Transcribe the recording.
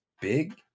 big